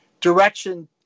direction